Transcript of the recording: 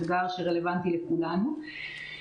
אתגר שרלוונטי לכולנו.